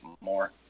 more